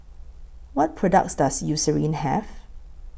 What products Does Eucerin Have